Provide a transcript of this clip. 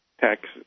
tax